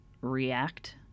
react